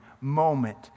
moment